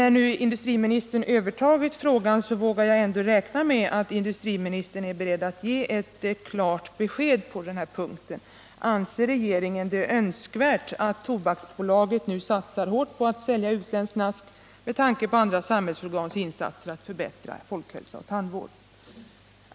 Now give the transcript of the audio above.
När nu industriministern övertagit frågan, så vågar jag ändå hoppas att industriministern är beredd att ge ett klarare besked på den här punkten. Anser regeringen det önskvärt att Tobaksbolaget nu satsar hårt på att sälja utländskt snask, med tanke på andra samhällsorgans insatser för att förbättra folkhälsa och tandvård?